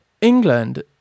England